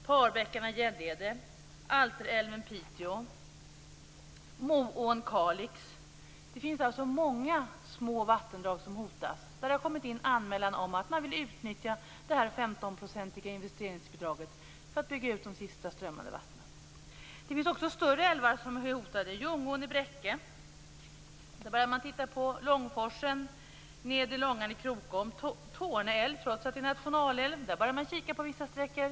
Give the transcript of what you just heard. Parbäckarna, Gäddede, Alterälven, Piteå, och Moån i Kalix - det finns många hotade små vattendrag där det kommit in anmälan om att man vill utnyttja det 15 procentiga investeringsbidraget för att bygga ut de sista strömmande vattnen. Det finns också större älvar som är hotade. I Ljungån, Bräcke, börjar man titta på Långforsen och Nedre Långan, Krokom. I Torneälven börjar man, trots att den är nationalälv, kika på vissa sträckor.